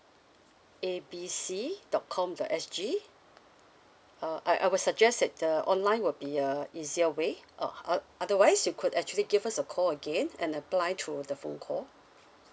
A B C dot com dot S G uh I I will suggest that the online will be a easier way oh uh otherwise you could actually give us a call again and apply through the phone call